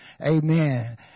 Amen